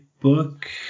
book